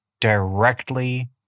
directly